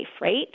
right